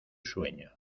sueño